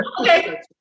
Okay